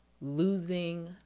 losing